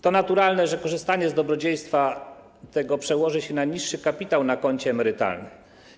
To jest naturalne, że korzystanie z tego dobrodziejstwa przełoży się na niższy kapitał na koncie emerytalnym.